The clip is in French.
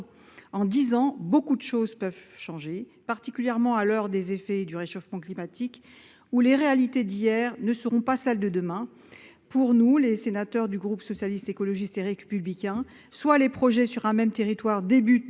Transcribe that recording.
En dix ans, beaucoup de choses peuvent changer, particulièrement à l'heure où les effets du changement climatique se font sentir et alors que les réalités d'hier ne seront pas celles de demain ... Pour nous, sénateurs du groupe Socialiste, Écologiste et Républicain, soit les projets sur un même territoire démarrent